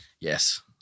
Yes